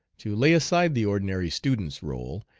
to lay aside the ordinary student's role,